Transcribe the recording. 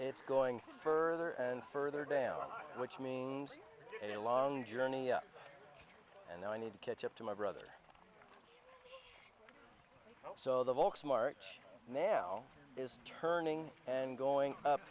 it's going further and further down which means a long journey and i need to catch up to my brother so the volks march man is turning and going up